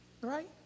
right